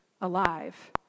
alive